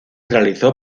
realizó